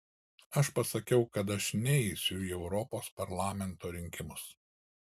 aš pasakiau kad aš neisiu į europos parlamento rinkimus